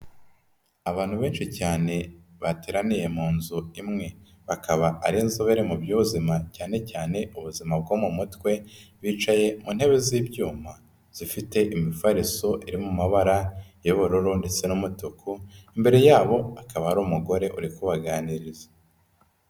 Abantu benshi cyane, bateraniye mu nzu imwe. Bakaba ari inzobere mu by'ubuzima, cyane cyane ubuzima bwo mu mutwe, bicaye mu ntebe z'ibyuma zifite imifariso iri mu mabara y'ubururu ndetse n'umutuku, imbere yabo hakaba hari umugore uri kubaganiriza.